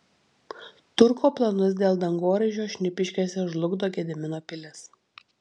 turko planus dėl dangoraižio šnipiškėse žlugdo gedimino pilis